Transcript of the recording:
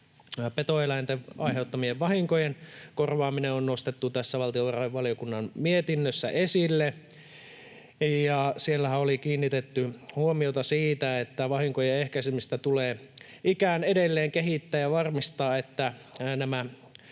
Petoeläinten aiheuttamien vahinkojen korvaaminen on nostettu tässä valtiovarainvaliokunnan mietinnössä esille, ja siellähän oli kiinnitetty huomiota siihen, että vahinkojen ehkäisemistä tulee edelleen kehittää ja varmistaa, että nämä